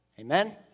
Amen